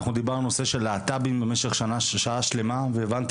דיברנו על נושא הלהט"בים במשך שעה שלמה והבנתי